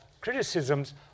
criticisms